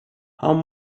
how